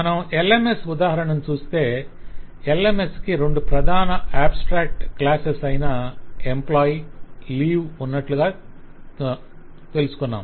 మనం LMS ఉదాహరణను చూస్తే LMS కి రెండు ప్రధాన ఆబ్స్ట్రాక్ట్ క్లాస్సెస్ అయిన ఎంప్లాయ్ లీవ్ ఉన్నట్లుగా తెలుసుకొన్నాము